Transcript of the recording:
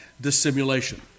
dissimulation